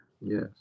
Yes